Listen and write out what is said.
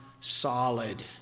solid